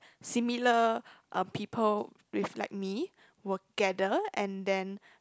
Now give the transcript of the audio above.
similar people with like me will gather and then